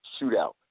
shootout